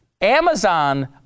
Amazon